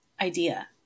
idea